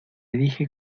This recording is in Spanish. dije